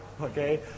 okay